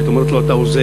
היית אומרת לו: אתה הוזה,